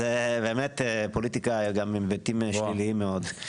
עם היבטים שליליים מאוד.